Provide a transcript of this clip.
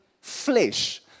flesh